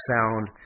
Sound